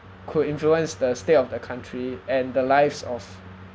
could influence the state of the country and the lives of